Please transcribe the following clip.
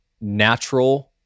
natural